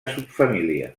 subfamília